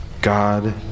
God